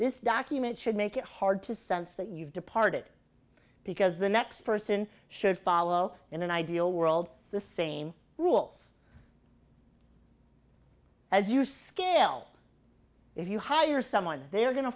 this document should make it hard to sense that you've departed because the next person should follow in an ideal world the same rules as you so if you hire someone they are go